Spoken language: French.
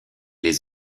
les